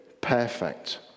perfect